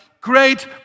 great